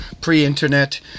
pre-internet